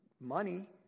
money